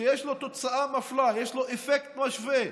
שיש לו תוצאה מפלה, יש לו אפקט מפלה.